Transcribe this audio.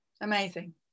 Amazing